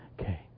Okay